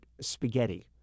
spaghetti